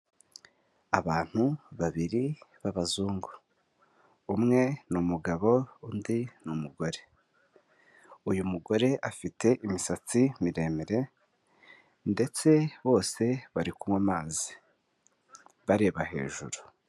Abantu babiri b'abazungu, umwe ni umugabo undi n'umugore, uyu mugore afite imisatsi miremire ndetse bose bari kunywa amazi, bareba hejuru.